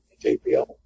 JPL